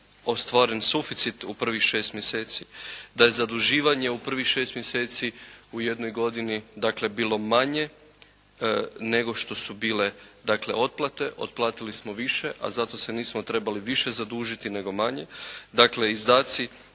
puta ostvaren suficit u prvih šest mjeseci, da je zaduživanje u prvih šest mjeseci u jednoj godini dakle bilo manje nego što su bile dakle otplate, otplatili smo više a za to se nismo trebali više zadužiti nego manje.